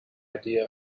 idea